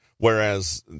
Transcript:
whereas